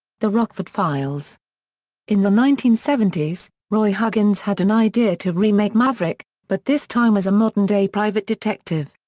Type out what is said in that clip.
the rockford files in the nineteen seventy s, roy huggins had an idea to remake maverick, but this time as a modern-day private detective.